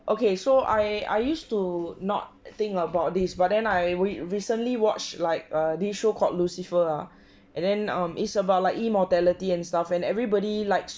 okay so I I used to not think about this but then I we recently watched like err this show called lucifer ah and then um it's about like immortality and stuff and everybody likes